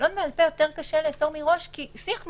בשאלון בעל-פה קשה יותר לאסור מראש כי השיח מתפתח.